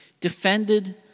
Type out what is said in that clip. defended